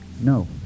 no